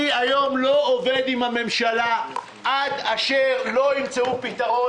מהיום אני לא עובד עם הממשלה עד אשר ימצאו פתרון.